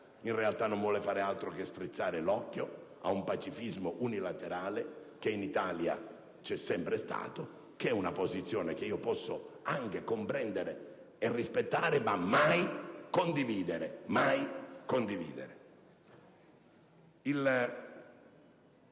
in realtà non vogliono far altro che strizzare l'occhio ad un pacifismo unilaterale, che in Italia c'è sempre stato, per una posizione che posso anche comprendere e rispettare, ma mai condividere: mai condividere! Il